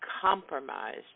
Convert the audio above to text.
compromised